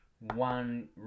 one